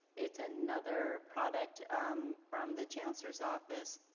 it's another product um from the chancellor's office.